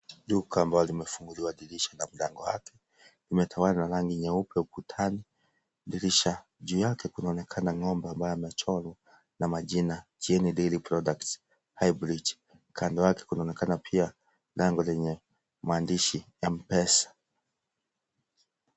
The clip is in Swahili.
Duka ambalo limefunguliwa dirisha na mlango wake limetawalwa na rangi nyeupe ukutani dirisha juu yake kunaonekana ng'ombe amechorwa ukutani na majina; Kieni Dairy Products Limited highbrigde kando yake kunaonekana pia lango lenye maandishi Mpesa.